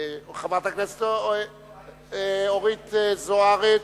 חברת הכנסת אורית זוארץ,